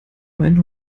meinen